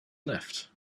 left